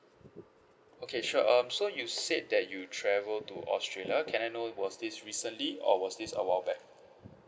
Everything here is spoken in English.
okay sure um so you said that you travel to australia can I know was this recently or was this a while back